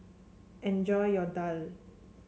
enjoy your Daal